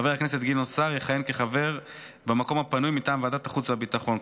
חבר הכנסת גדעון סער יכהן כחבר במקום הפנוי מטעם ועדת החוץ והביטחון.